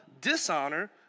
dishonor